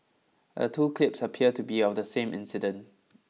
the two clips appear to be of the same incident